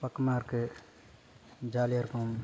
பக்கமாக இருக்கு ஜாலியாக இருக்கும்